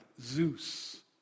Zeus